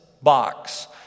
Box